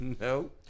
No